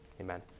Amen